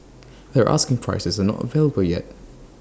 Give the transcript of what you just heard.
their asking prices are not available yet